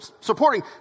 supporting